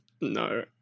no